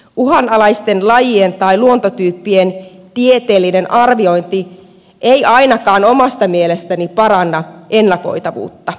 uhanalaisten lajien tai luontotyyppien tieteellinen arviointi ei ainakaan omasta mielestäni paranna ennakoitavuutta